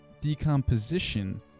decomposition